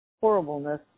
horribleness